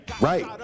Right